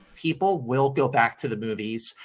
people will go back to the movies,